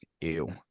ew